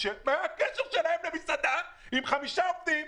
מה הקשר שלהם למסעדה עם חמישה עובדים,